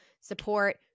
support